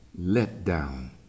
letdown